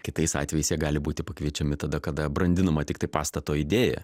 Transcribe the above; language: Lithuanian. kitais atvejais jie gali būti pakviečiami tada kada brandinama tiktai pastato idėja